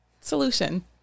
Solution